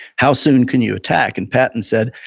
how soon can you attack? and patton said,